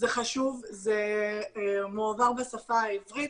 זה חשוב, זה מועבר בשפה העברית,